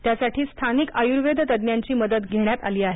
त्यासाठी स्थानिक आयुर्वेद तज्ज्ञाची मदत घेण्यात आली आहे